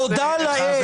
תודה לאל.